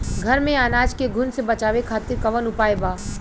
घर में अनाज के घुन से बचावे खातिर कवन उपाय बा?